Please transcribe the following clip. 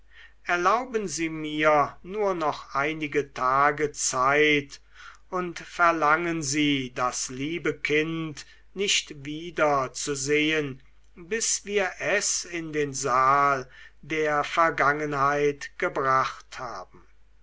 erlauben sie mir nur noch einige tage zeit und verlangen sie das liebe kind nicht wieder zu sehen bis wir es in den saal der vergangenheit gebracht haben